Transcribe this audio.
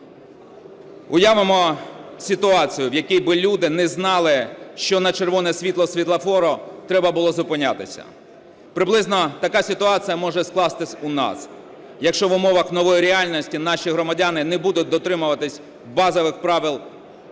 Уявимо ситуацію, в якій би люди не знали, що на червоне світло світлофору треба було зупинятися. Приблизно така ситуація може скластися у нас, якщо в умовах нової реальності наші громадяни не будуть дотримуватися базових правил безпеки